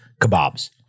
kebabs